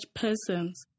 persons